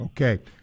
Okay